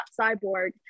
cyborg